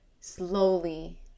slowly